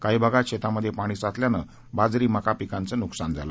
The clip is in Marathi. काही भागात शेतांमध्ये पाणी साचल्यानं बाजरी मका पिकांचं नुकसान झालं